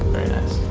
very nice.